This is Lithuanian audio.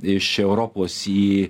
iš europos į